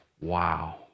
Wow